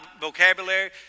vocabulary